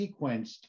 sequenced